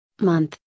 Month